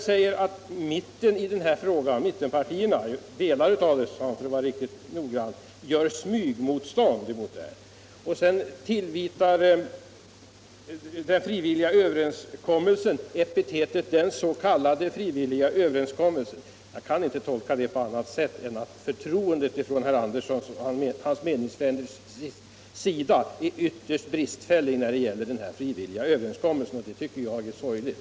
Vidare påstår han att delar av mittenpartierna gör smyg motstånd och han ger den frivilliga överenskommelsen epitetet ”den fdr: Jag kan inte tolka detta på annat sätt än att herr Anderssons och hans meningsfränders förtroende för den frivilliga överenskommelsen är ytterst bristfälligt, vilket jag finner sorgligt.